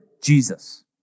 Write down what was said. Jesus